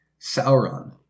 Sauron